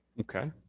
okay.